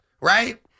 right